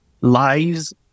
lies